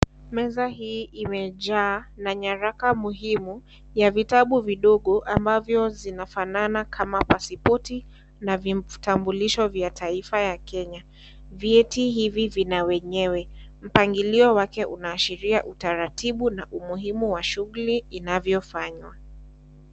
Meza hii imejaa na nyaraka muhimu ya vitabu vidogo ambavyo zinafanana kama pasipoti na vitambulisho vya taifa ya Kenya, vyeti hivi vina wenyewe, mpangilio wake unaashiria utaratibu na umuhimu wa shughuli inavyofanywa.